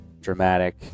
dramatic